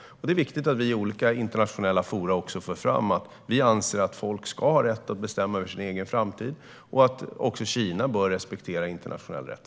Det är viktigt att vi i olika internationella forum för fram att vi anser att folk ska ha rätt att bestämma över sin egen framtid och att också Kina bör respektera internationell rätt.